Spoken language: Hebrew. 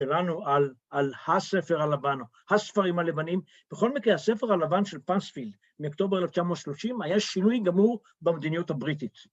‫שלנו על על הספר הלבן, ‫הספרים הלבנים. ‫בכל מקרה, הספר הלבן של פאספילד ‫מאקטובר 1930 ‫היה שינוי גמור במדיניות הבריטית.